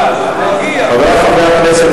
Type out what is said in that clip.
חברי חברי הכנסת,